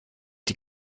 die